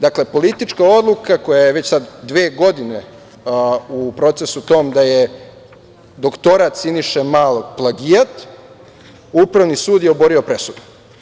Dakle, politička odluka koja je već sad dve godine u procesu tom da je doktorat Siniše Malog plagijat, Upravni sud je oborio presudu.